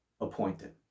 appointed